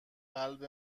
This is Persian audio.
قلب